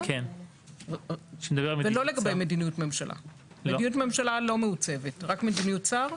ומימוש סמכויותיה בכל הנושא של תקציב,